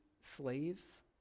slaves